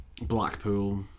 Blackpool